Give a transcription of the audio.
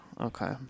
okay